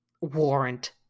warrant